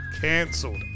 cancelled